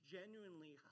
genuinely